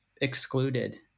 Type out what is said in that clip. excluded